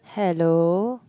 hello